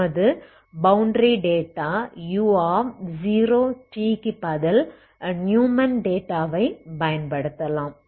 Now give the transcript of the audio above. நமது boundary data u0t க்கு பதில் நியூமன் டேட்டாவை பயன்படுத்தலாம்